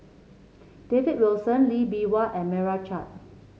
David Wilson Lee Bee Wah and Meira Chand